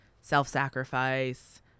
self-sacrifice